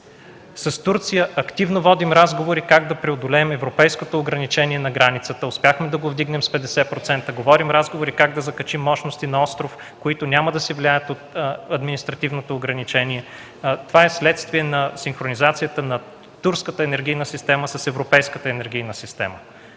С Турция активно водим разговори как да преодолеем европейското ограничение на границата. Успяхме да го вдигнем с 50%. Водим разговори как да качим мощности „на остров”, които няма да се влияят от административните ограничения. Това е вследствие на синхронизацията на турската енергийна система с европейската енергийна система.